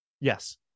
yes